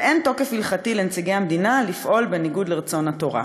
ואין תוקף הלכתי לנציגי המדינה לפעול בניגוד לרצון התורה.